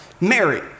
Mary